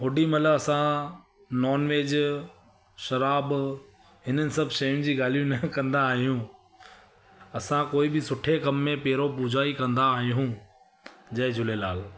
ओॾी महिल असां नॉन वेज शराबु हिननि सभु शयुनि जी ॻाल्हियूं न कंदा आहियूं असां कोई बि सुठे कम में पहिरियों पूजा ई कंदा आहियूं जय झूलेलाल